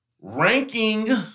Ranking